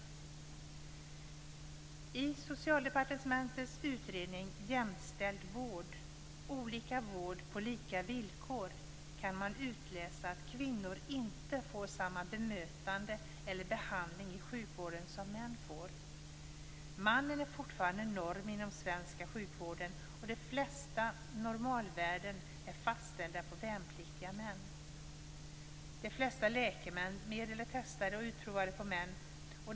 Av Socialdepartementets utredning Jämställd vård - olika vård på lika villkor kan man utläsa att kvinnor inte får samma bemötande eller behandling i sjukvården som män får. Mannen är fortfarande norm inom den svenska sjukvården, och de flesta normalvärden är fastställda på värnpliktiga män. De flesta läkemedel är testade och utprovade på män.